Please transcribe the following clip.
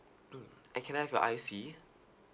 mm and can I have your I_C